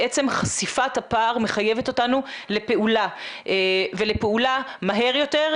בעצם חשיפת הפער מחייבת אותנו לפעולה מהר יותר,